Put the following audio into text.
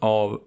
av